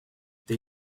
they